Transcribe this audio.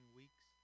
weeks